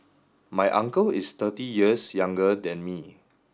my uncle is thirty years younger than me